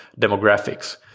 demographics